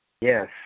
Yes